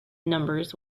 numbers